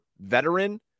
veteran